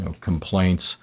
complaints